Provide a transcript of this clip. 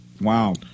Wow